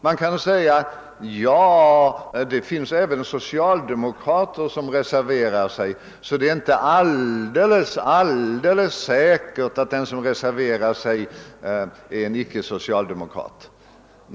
Det kan invändas att det även finns socialdemokrater som reserverar sig, varför det inte är alldeles säkert att den som reserverar sig är en icke-socialdemokrat.